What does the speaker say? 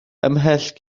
ymhell